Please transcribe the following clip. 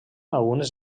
algunes